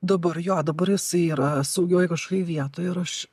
dabar jo dabar jisai yra saugioj kažkokioj vietoj ir aš